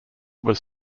was